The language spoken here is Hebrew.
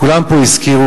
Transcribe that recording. כולם פה הזכירו,